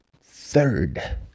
third